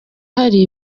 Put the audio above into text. hari